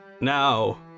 Now